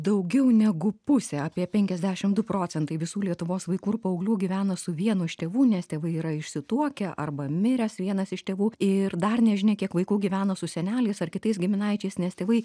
daugiau negu pusė apie penkiasdešim du procentai visų lietuvos vaikų ir paauglių gyvena su vienu iš tėvų nes tėvai yra išsituokę arba miręs vienas iš tėvų ir dar nežinia kiek vaikų gyvena su seneliais ar kitais giminaičiais nes tėvai